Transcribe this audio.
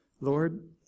Lord